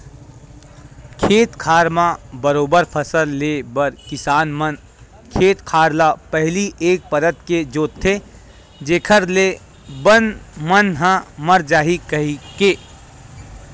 खेत खार म बरोबर फसल ले बर किसान मन खेत खार ल पहिली एक परत के जोंतथे जेखर ले बन मन ह मर जाही कहिके